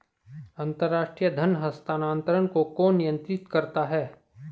अंतर्राष्ट्रीय धन हस्तांतरण को कौन नियंत्रित करता है?